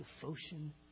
devotion